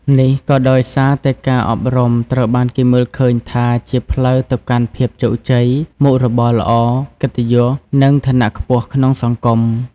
នេះក៏ដោយសារតែការអប់រំត្រូវបានគេមើលឃើញថាជា ផ្លូវទៅកាន់ភាពជោគជ័យ មុខរបរល្អ កិត្តិយស និងឋានៈខ្ពស់ក្នុងសង្គម។